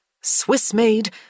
Swiss-made